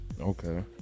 Okay